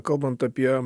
kalbant apie